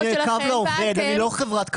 אני קו לעובד, אני לא חברת קבלן.